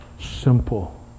simple